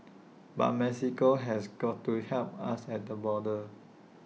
but Mexico has got to help us at the border